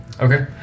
Okay